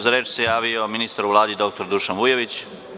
Za reč se javio ministar u Vladi dr Dušan Vujović.